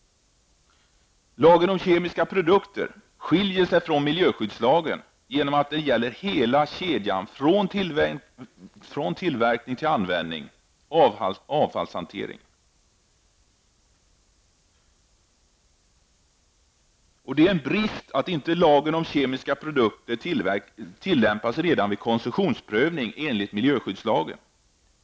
Lagen om kemiska produkter skiljer sig från miljöskyddslagen genom att den gäller hela kedjan från tillverkning till använding och avfallshantering. Det är en brist att inte lagen om kemiska produkter tillämpas redan vid koncessionsprövning enligt miljöskyddslagen.